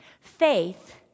Faith